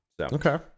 Okay